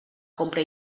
compra